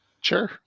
Sure